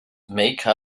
make